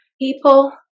People